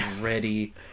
ready